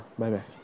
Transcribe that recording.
bye-bye